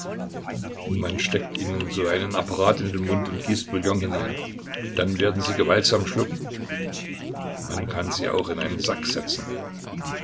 zwingen man steckt ihnen so einen apparat in den mund und gießt bouillon hinein dann werden sie gewaltsam schlucken man kann sie auch in einen sack setzen